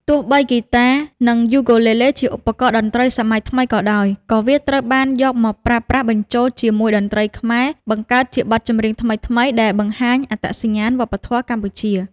ទោះបីហ្គីតា និងយូគូលេលេជាឧបករណ៍តន្ត្រីសម័យថ្មីក៏ដោយ ក៏វាត្រូវបានយកមកប្រើប្រាស់បញ្ចូលជាមួយតន្ត្រីខ្មែរ បង្កើតជាបទចម្រៀងថ្មីៗ ដែលបង្ហាញអត្តសញ្ញាណវប្បធម៌កម្ពុជា។